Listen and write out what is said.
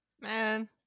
Man